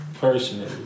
personally